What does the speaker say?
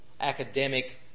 academic